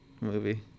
movie